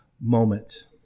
moment